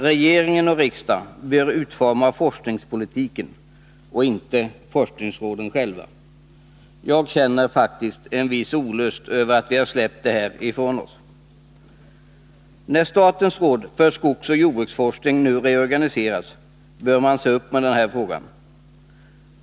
Regering och riksdag bör utforma forskningspolitiken —- inte forskningsråden själva. Jag känner faktiskt en viss olust över att vi har släppt det här ifrån oss. När statens råd för skogsoch jordbruksforskning nu reorganiseras bör man se upp med den här frågan.